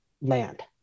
land